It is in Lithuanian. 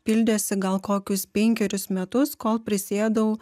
pildėsi gal kokius penkerius metus kol prisėdau